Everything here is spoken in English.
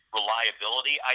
reliability